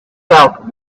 felt